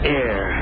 air